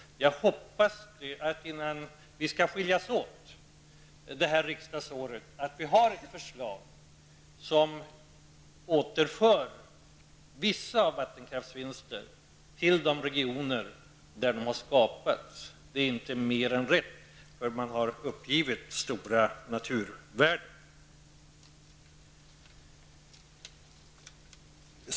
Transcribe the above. Jag hoppas att vi, innan vi skall skiljas åt det här riksdagsåret, har ett förslag som återför vissa av vattenkraftens vinster till de regioner där de har skapats. Det är inte mer än rätt, för man har uppgivit stora naturvärden.